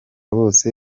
bose